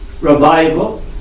revival